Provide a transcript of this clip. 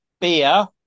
beer